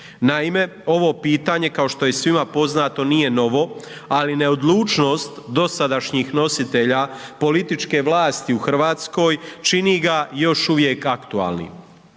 Naime, ovo pitanje kao što je svima poznato nije novo, ali neodlučnost dosadašnjih nositelja političke vlasti u Hrvatskoj čini ga još uvijek aktualnim.